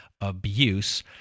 Abuse